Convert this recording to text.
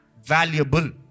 Valuable